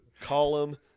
column